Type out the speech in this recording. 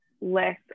less